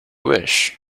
wish